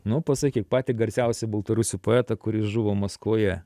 nu pasakyk patį garsiausią baltarusių poetą kuris žuvo maskvoje